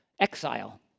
exile